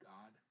God